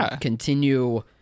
continue